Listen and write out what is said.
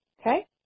Okay